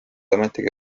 ometigi